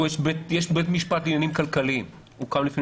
יש בית משפט לעניינים כלכליים שהוקם לפני